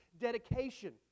dedication